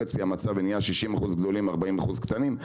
אצלי המצב ונהיה כ-60% ספקים גדולים וכ-40% ספקים קטנים.